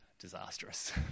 Disastrous